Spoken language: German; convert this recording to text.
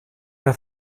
mehr